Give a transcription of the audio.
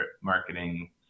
marketing